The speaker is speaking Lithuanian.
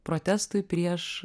protestui prieš